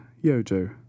Yojo